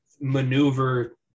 maneuver